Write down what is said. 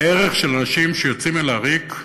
הערך של האנשים שיוצאים אל הריק,